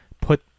put